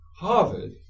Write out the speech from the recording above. Harvard